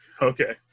Okay